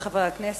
חברי חברי הכנסת,